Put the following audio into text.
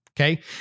okay